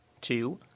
two